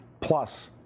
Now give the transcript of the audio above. plus